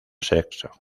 sexo